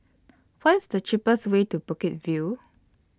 What IS The cheapest Way to Bukit View